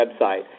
website